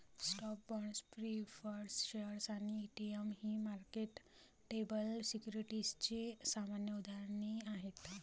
stocks, bonds, preferred shares आणि ETF ही marketable सिक्युरिटीजची सामान्य उदाहरणे आहेत